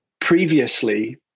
previously